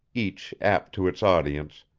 each apt to its audience,